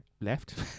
left